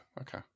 okay